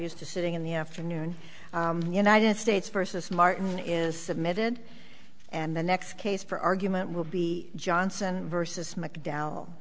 used to sitting in the afternoon united states versus martin is submitted and the next case for argument will be johnson versus mcdowell